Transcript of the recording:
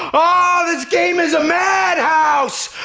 ah this game is a madhouse!